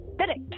correct